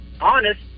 honest